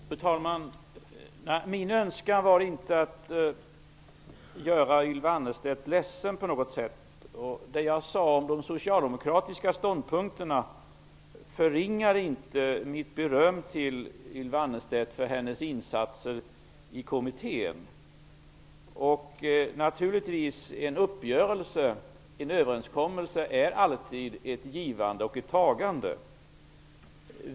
Fru talman! Min önskan var inte på något sätt att göra Ylva Annerstedt ledsen. Det jag sade om de socialdemokratiska ståndpunkterna förringar inte mitt beröm till Ylva Annerstedt för hennes insatser i kommittén. Givetvis innebär en uppgörelse eller en överenskommelse alltid ett givande och ett tagande.